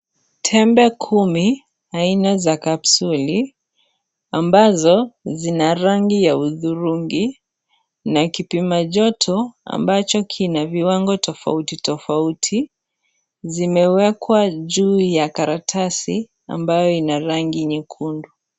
Tembe kumi, aina za kapsuli, ambazo zina rangi ya udhurungi na kipima joto ambacho kina viwango tofauti tofauti, zimewekwa juu ya karatasi ambayo ina rangi nyekundu.